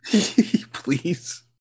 Please